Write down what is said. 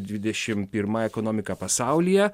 dvidešim pirma ekonomika pasaulyje